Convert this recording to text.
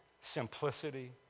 simplicity